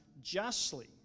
justly